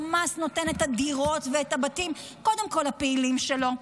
חמאס נותן את הדירות ואת הבתים קודם כול לפעילים שלו.